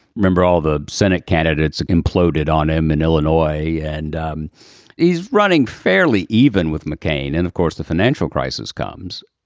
remember, all the senate candidates imploded on him in illinois. and um he's running fairly even with mccain. and, of course, the financial crisis comes.